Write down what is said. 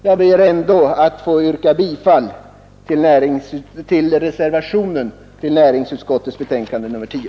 Jag ber ändå att få yrka bifall till reservationen till näringsutskottets betänkande nr 10.